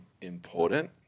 important